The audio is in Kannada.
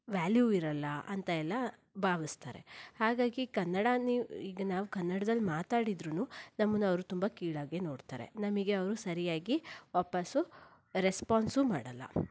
ವ್ಯಾಲ್ಯೂ ಇರೋಲ್ಲ ಅಂತ ಎಲ್ಲ ಭಾವಿಸ್ತಾರೆ ಹಾಗಾಗಿ ಕನ್ನಡ ನೀವು ಈಗ ನಾವು ಕನ್ನಡದಲ್ಲಿ ಮಾತಾಡಿದ್ರೂ ನಮ್ಮನ್ನು ಅವ್ರು ತುಂಬ ಕೀಳಾಗೇ ನೋಡ್ತಾರೆ ನಮಗೆ ಅವರು ಸರಿಯಾಗಿ ವಾಪಸ್ಸು ರೆಸ್ಪಾನ್ಸೂ ಮಾಡೋಲ್ಲ